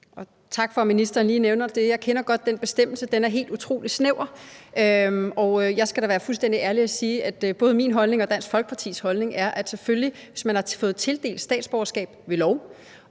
Tak for, at ministeren lige nævner det. Jeg kender godt den bestemmelse. Den er helt utrolig snæver, og jeg skal da være fuldstændig ærlig og sige, at både min holdning og Dansk Folkepartis holdning er, at hvis man har fået tildelt statsborgerskab ved lov